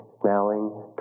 smelling